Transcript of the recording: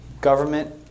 government